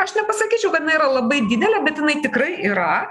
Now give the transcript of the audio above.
aš nepasakyčiau kad jinai yra labai didelė bet jinai tikrai yra